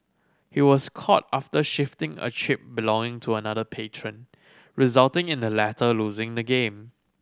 he was caught after shifting a chip belonging to another patron resulting in the latter losing the game